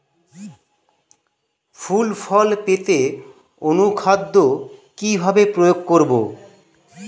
ফুল ফল পেতে অনুখাদ্য কিভাবে প্রয়োগ করব?